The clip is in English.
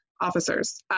officers